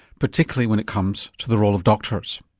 particularly when it comes to the role of doctors.